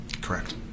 correct